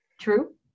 True